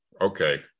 okay